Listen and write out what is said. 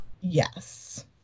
yes